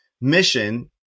mission